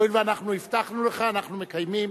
הואיל ואנחנו הבטחנו לך, אנחנו מקיימים.